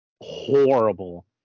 horrible